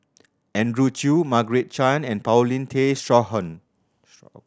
Andrew Chew Margaret Chan and Paulin Tay Straughan